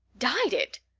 dyed it!